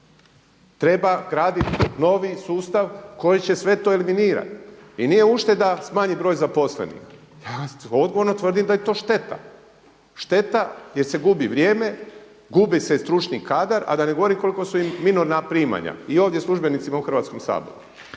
treba gradit novi sustav koji će sve to eliminirati. I nije ušteda smanjit broj zaposlenih. Ja dogovorno tvrdim da je to šteta. Šteta jer se gubi vrijeme, gubi se i stručni kadar a da ne govorim koliko su im minorna primanja, i ovdje službenicima u Hrvatskom saboru